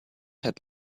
had